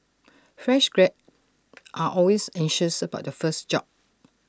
fresh grey are always anxious about their first job